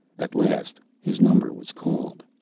at last his number was called.